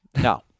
No